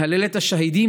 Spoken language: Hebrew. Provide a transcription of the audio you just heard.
מהללת השהידים,